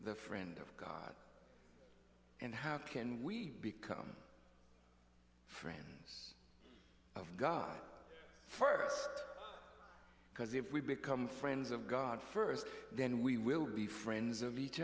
the friend of god and how can we become friends of god first because if we become friends of god first then we will be friends of each